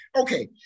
okay